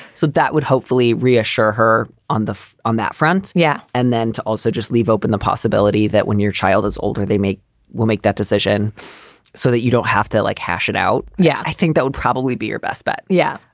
so that would hopefully reassure her on the on that front. yeah. and then to also just leave open the possibility that when your child is older, they may well make that decision so that you don't have to, like hash it out. yeah, i think that would probably be your best bet yeah.